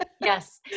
Yes